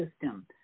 system